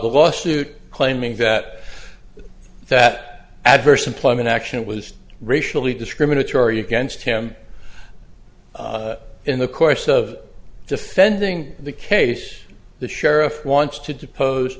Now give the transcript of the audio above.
a lawsuit claiming that that adverse employment action was racially discriminatory against him in the course of defending the case the sheriff wants to depose